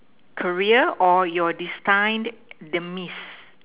career or your destined demise